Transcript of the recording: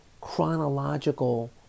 chronological